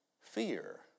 fear